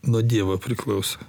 nuo dievo priklauso